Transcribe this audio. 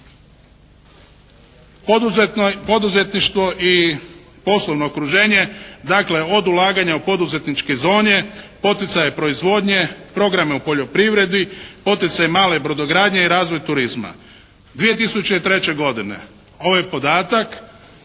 Poduzetništvo i poslovno okruženje. Dakle od ulaganja u poduzetničke zone, poticaje proizvodnje, programe u poljoprivredi, poticaj male brodogradnje i razvoj turizma. 2003. godine ovaj podatak